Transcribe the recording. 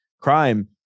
crime